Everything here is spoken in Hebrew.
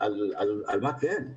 על מה כן?